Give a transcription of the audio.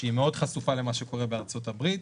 שהיא מאוד חשופה למה שקורה בארצות הברית.